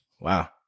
Wow